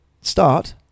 Start